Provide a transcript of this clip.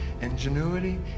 ingenuity